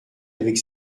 avec